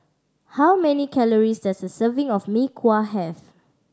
how many calories does a serving of Mee Kuah have